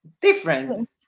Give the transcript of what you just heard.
Different